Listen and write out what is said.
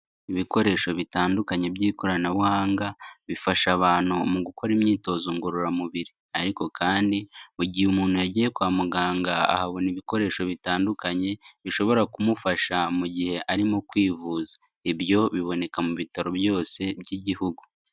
Ibikoresho bitandukanye by'ikoranabuhanga bifasha abantu mu gukora imyitozo ngororamubiri ariko kandi mu gihe umuntu yagiye kwa muganga akabona ibikoresho bitandukanye bishobora kumufasha mu gihe arimo kwivuza, ibyo biboneka mu bitaro byose by'igihugu.